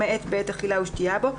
למעט בעת אכילה ושתייה בו,